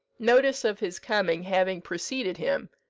notice of his coming having preceded him,